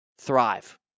thrive